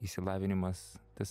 išsilavinimas tas